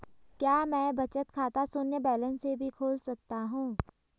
क्या मैं बचत खाता शून्य बैलेंस से भी खोल सकता हूँ?